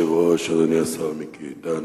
אדוני היושב-ראש, אדוני השר מיקי איתן,